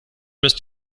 misst